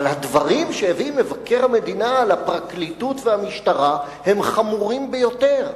אבל הדברים שהביא מבקר המדינה על הפרקליטות והמשטרה הם חמורים ביותר.